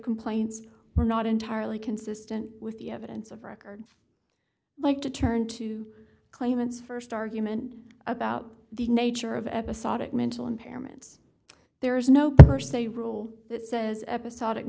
complaints were not entirely consistent with the evidence of records like to turn to claimants st argument about the nature of episodic mental impairments there is no per se rule that says episodic